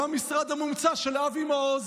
לא המשרד המומצא של אבי מעוז,